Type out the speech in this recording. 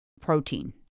protein